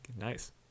Nice